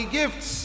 gifts